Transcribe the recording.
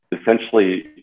essentially